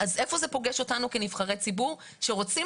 איפה זה פוגש אותנו כנבחרי ציבור שרוצים